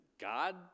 God